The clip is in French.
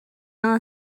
collin